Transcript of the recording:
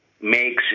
makes